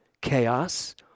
Chaos